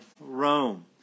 Rome